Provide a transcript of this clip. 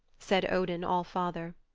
said odin all-father.